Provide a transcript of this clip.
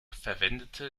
verwendete